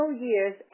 years